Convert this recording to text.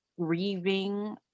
grieving